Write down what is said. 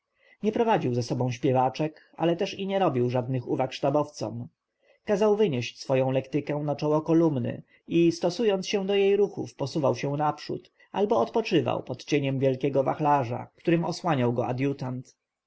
nie prowadził za sobą śpiewaczek ale też i nie robił żadnych uwag sztabowcom kazał wynieść swoją lektykę na czoło kolumny i stosując się do jej ruchów posuwał się naprzód albo odpoczywał pod cieniem wielkiego wachlarza którym osłaniał go adjutant